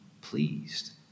pleased